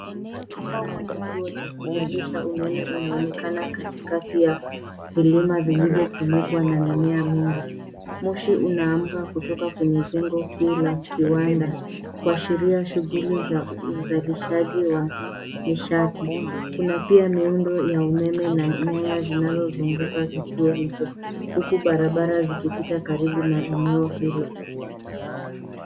Manthari pana ya kituo ya kuzalisha umeme inaonekana katikati ya vilima vilivyofunikwa na mimea mingi. Moshi unaamka kutoka kwenye jengo kuu la, kiwanda, kuashiria shughuli za uzalishaji wa nishati. Kuna pia miundo ya umeme na nyaya zinazozunguka kituo hicho, huku barabara zikipita karibu na eneo hilo.